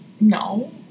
no